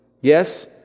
Yes